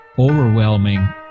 overwhelming